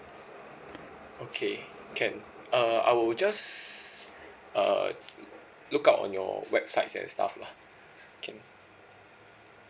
okay can uh I will just uh look up on your website and stuff lah can